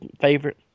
favorite